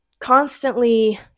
constantly